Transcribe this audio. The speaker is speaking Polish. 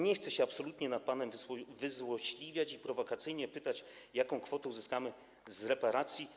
Nie chcę się absolutnie nad panem wyzłośliwiać i prowokacyjnie pytać, jaką kwotę uzyskamy z reparacji.